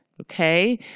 okay